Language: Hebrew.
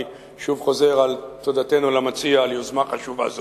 ואני חוזר על תודתנו למציע על יוזמה חשובה זו.